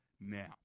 Now